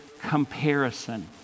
comparison